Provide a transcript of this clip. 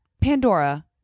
Pandora